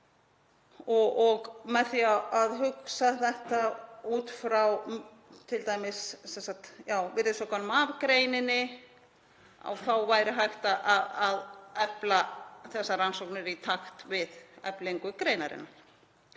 Með því að hugsa þetta út frá t.d. virðisaukanum af greininni þá væri hægt að efla þessar rannsóknir í takt við eflingu greinarinnar.